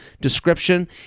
description